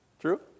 True